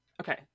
Okay